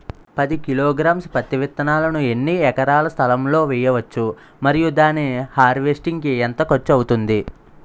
పది కిలోగ్రామ్స్ పత్తి విత్తనాలను ఎన్ని ఎకరాల స్థలం లొ వేయవచ్చు? మరియు దాని హార్వెస్ట్ కి ఎంత ఖర్చు అవుతుంది?